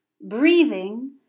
breathing